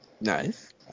Nice